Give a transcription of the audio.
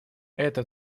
эта